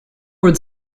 would